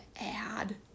add